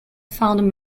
found